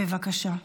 בבקשה.